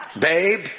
Babe